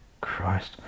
christ